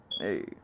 Hey